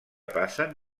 passen